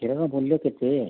କ୍ଷୀରର ମୂଲ୍ୟ କେତେ